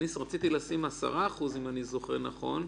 רציתי לשים 10%, אם אני זוכר נכון,